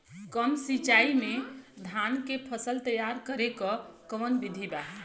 कम सिचाई में धान के फसल तैयार करे क कवन बिधि बा?